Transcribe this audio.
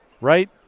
Right